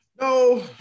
No